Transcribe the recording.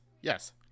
Yes